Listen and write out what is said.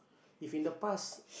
if in the past